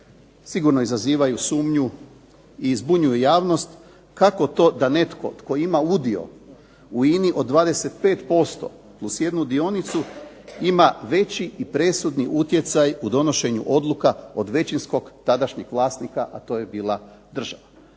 sigurno izazivaju sumnju i zbunjuju javnost kako to da netko tko ima udio u INA-i od 25% plus jednu dionicu ima veći i presudni utjecaj u donošenju odluka od većinskog tadašnjeg vlasnika a to je bila država.